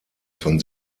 von